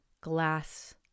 glass